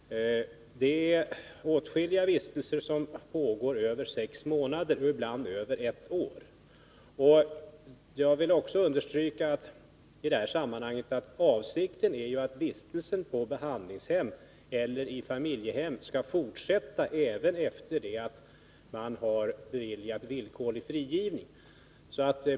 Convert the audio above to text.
Åtskilliga vistelser pågår över sex månader, och ibland pågår de över ett år. Jag vill i det här sammanhanget understryka att avsikten är att vistelsen på behandlingshem eller i familjehem skall fortsätta även efter det att man har beviljat villkorlig frigivning.